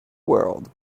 world